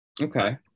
okay